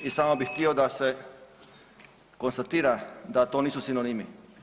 I samo bih htio da se konstatira da to nisu sinonimi.